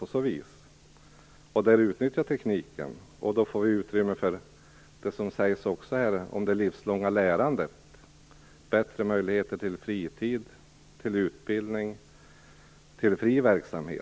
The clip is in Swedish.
Därmed utnyttjas tekniken och det blir utrymme för, som det sägs här, det livslånga lärandet. Det gäller alltså bättre möjligheter till fritid, utbildning och fri verksamhet.